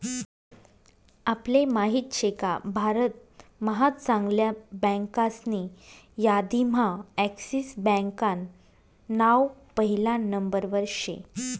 आपले माहित शेका भारत महा चांगल्या बँकासनी यादीम्हा एक्सिस बँकान नाव पहिला नंबरवर शे